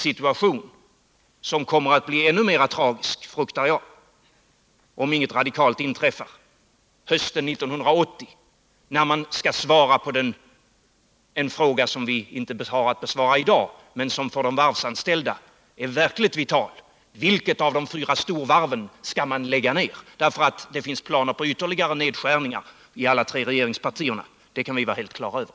Situationen kommer att bli ännu mer tragisk — fruktar jag — om ingenting radikalt görs hösten 1980 när man skall svara på en fråga som vi inte har att svara på i dag men som för de varvsanställda är utomordenligt vital, nämligen vilket av de fyra storvarven man skall lägga ned. Att det i alla tre regeringspartierna finns planer på ytterligare nedskärningar kan vi vara helt på det klara med.